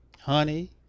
honey